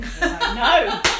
no